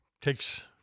takes